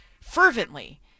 fervently